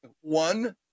one